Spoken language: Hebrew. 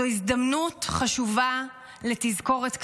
זו הזדמנות חשובה לתזכורת קצרה: